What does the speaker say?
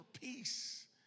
peace